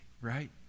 right